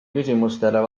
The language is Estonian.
küsimustele